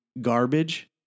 garbage